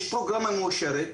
יש פרוגרמה מאושרת.